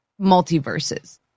multiverses